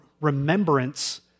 remembrance